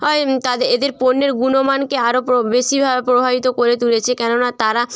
হয় তাদের এদের পণ্যের গুণমানকে আরও প্র বেশিভাবে প্রভাবিত করে তুলেছে কেননা তারা